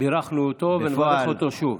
בירכנו אותו, ונברך אותו שוב.